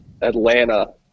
Atlanta